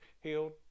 healed